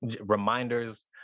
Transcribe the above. reminders